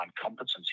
competency